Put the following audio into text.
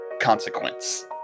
consequence